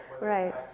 Right